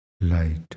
light